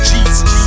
Jesus